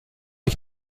ich